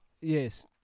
yes